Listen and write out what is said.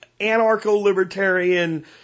anarcho-libertarian